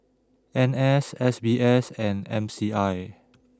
N S S B S and M C I